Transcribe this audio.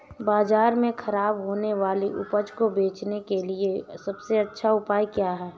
बाज़ार में खराब होने वाली उपज को बेचने के लिए सबसे अच्छा उपाय क्या हैं?